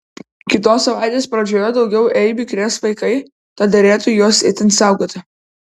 kitos savaitės pradžioje daugiau eibių krės vaikai tad derėtų juos itin saugoti